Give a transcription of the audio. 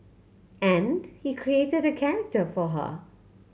and he created a character for her